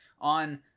on